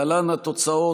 להלן התוצאות.